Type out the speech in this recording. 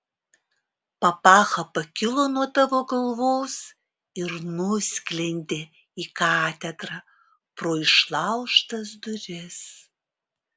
papacha pakilo nuo tavo galvos ir nusklendė į katedrą pro išlaužtas duris